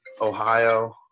Ohio